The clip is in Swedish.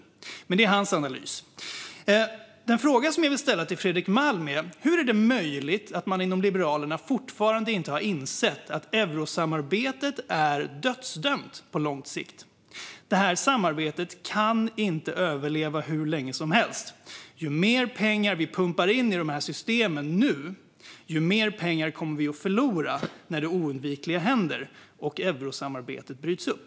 Det är alltså hans analys. Den fråga som jag vill ställa till Fredrik Malm är: Hur är det möjligt att man inom Liberalerna fortfarande inte har insett att eurosamarbetet är dödsdömt på lång sikt? Det här samarbetet kan inte överleva hur länge som helst. Ju mer pengar vi pumpar in i dessa system nu, desto mer pengar kommer vi att förlora när det oundvikliga händer och eurosamarbetet bryts upp.